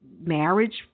marriage